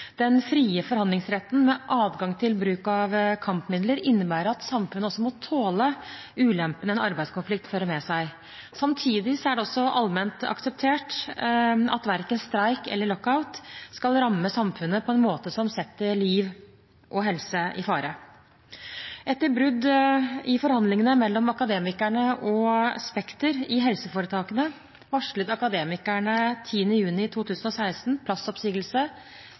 Den frie forhandlingsretten med adgang til bruk av kampmidler innebærer at samfunnet også må tåle ulempene en arbeidskonflikt fører med seg. Samtidig er det allment akseptert at verken streik eller lockout skal ramme samfunnet på en måte som setter liv og helse i fare. Etter brudd i forhandlingene mellom Akademikerne og Spekter i helseforetakene varslet Akademikerne 10. juni 2016 plassoppsigelse